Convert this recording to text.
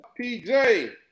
PJ